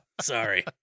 Sorry